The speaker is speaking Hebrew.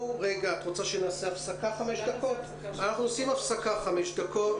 אנחנו עושים הפסקה לחמש דקות.